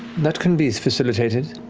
that can be facilitated.